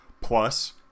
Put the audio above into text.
plus